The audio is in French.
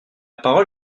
parole